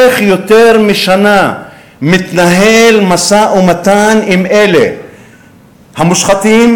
איך יותר משנה מתנהל משא-ומתן עם אלה המושחתים,